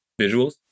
visuals